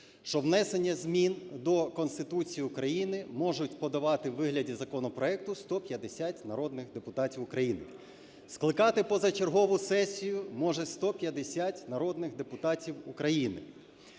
що внесення змін до Конституції України можуть подавати у вигляді законопроекту 150 народних депутатів України. Скликати позачергову сесію можуть 150 народних депутатів України.